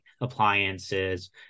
appliances